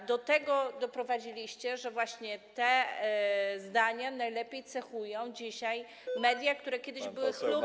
A do tego doprowadziliście, że właśnie te zdania najlepiej cechują dzisiaj media, które kiedyś były chlubą.